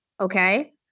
Okay